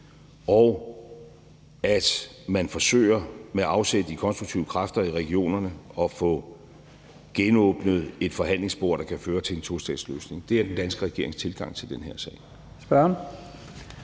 og at man forsøger med afsæt i konstruktive kræfter i regionerne at få genåbnet et forhandlingsspor, der kan føre til en tostatsløsning. Det er den danske regerings tilgang til den her sag.